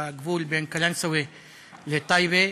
בגבול בין קלנסואה לטייבה,